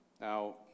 Now